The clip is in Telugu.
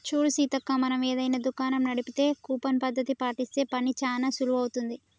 చూడు సీతక్క మనం ఏదైనా దుకాణం నడిపితే కూపన్ పద్ధతి పాటిస్తే పని చానా సులువవుతుంది